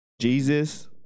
Jesus